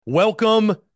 Welcome